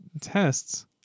tests